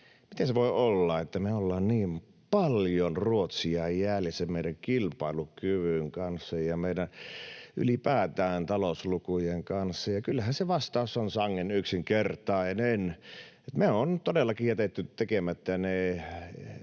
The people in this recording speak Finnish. miten se voi olla, että me ollaan niin paljon Ruotsia jäljessä meidän kilpailukyvyn kanssa ja ylipäätään meidän talouslukujen kanssa. Kyllähän se vastaus on sangen yksinkertainen: me ollaan todellakin jätetty tekemättä ne